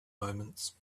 moments